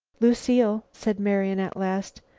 lucile, said marian at last,